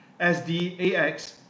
SDAX